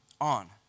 on